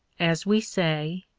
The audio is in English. as we say,